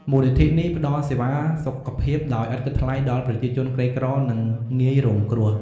មូលនិធិនេះផ្តល់សេវាសុខភាពដោយឥតគិតថ្លៃដល់ប្រជាជនក្រីក្រនិងងាយរងគ្រោះ។